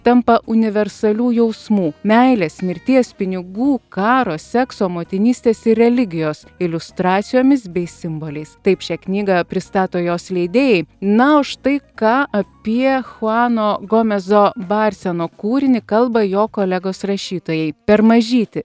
tampa universalių jausmų meilės mirties pinigų karo sekso motinystės ir religijos iliustracijomis bei simboliais taip šią knygą pristato jos leidėjai na o štai ką apie chuano gomezo barseno kūrinį kalba jo kolegos rašytojai per mažytį